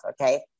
Okay